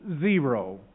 zero